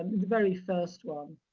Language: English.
the very first one,